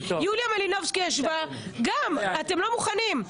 יוליה מלינובסקי ישבה גם, אתם לא מוכנים.